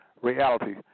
reality